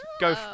go